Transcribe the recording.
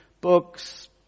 books